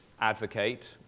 advocate